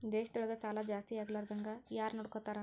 ದೇಶದೊಳಗ ಸಾಲಾ ಜಾಸ್ತಿಯಾಗ್ಲಾರ್ದಂಗ್ ಯಾರ್ನೊಡ್ಕೊತಾರ?